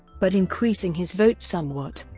but increasing his vote somewhat.